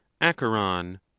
acheron